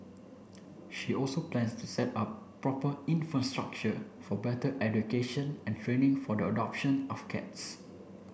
she also plans to set up proper infrastructure for better education and training for the adoption of cats